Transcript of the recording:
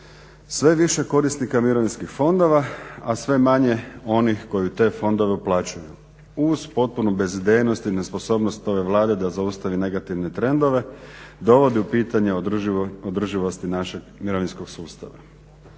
je više korisnika mirovinskih fondova, a sve manje onih koji u te fondove uplaćuju. Uz potpunu bezidejnost i nesposobnost ove Vlade da zaustavi negativne trendove dovodi u pitanje održivost našeg mirovinskog sustava.